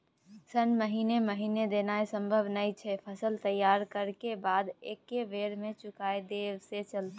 ऋण महीने महीने देनाय सम्भव नय छै, फसल तैयार करै के बाद एक्कै बेर में चुका देब से चलते?